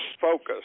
focus